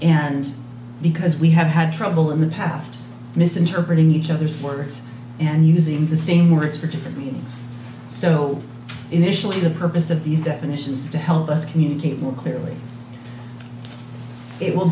and because we have had trouble in the past misinterpreting each other's words and using the same words for different meanings so initially the purpose of these definitions to help us communicate more clearly it will